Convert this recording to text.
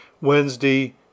Wednesday